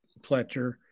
Pletcher